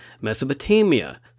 Mesopotamia